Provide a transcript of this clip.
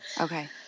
Okay